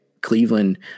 Cleveland